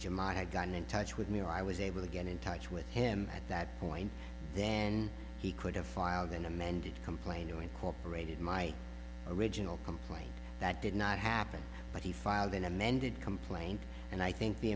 jim i had gotten in touch with me and i was able to get in touch with him at that point then he could have filed an amended complaint or incorporated my original complaint that did not happen but he filed an amended complaint and i think the